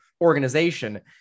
organization